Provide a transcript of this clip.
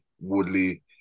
Woodley